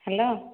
hello